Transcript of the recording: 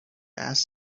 ask